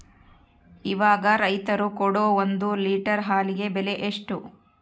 ಇವಾಗ ರೈತರು ಕೊಡೊ ಒಂದು ಲೇಟರ್ ಹಾಲಿಗೆ ಬೆಲೆ ಎಷ್ಟು?